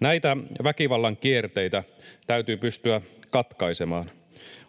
Näitä väkivallan kierteitä täytyy pystyä katkaisemaan.